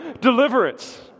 deliverance